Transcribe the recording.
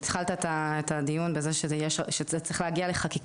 התחלת את הדיון בזה שצריך להגיע לחקיקה,